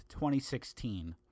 2016